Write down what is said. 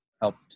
helped